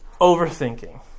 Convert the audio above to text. Overthinking